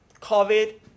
COVID